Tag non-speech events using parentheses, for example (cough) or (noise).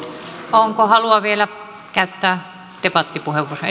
onko halua vielä käyttää debattipuheenvuoroja (unintelligible)